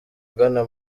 ugana